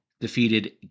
defeated